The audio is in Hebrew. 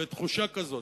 בתחושה כזאת,